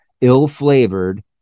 ill-flavored